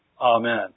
Amen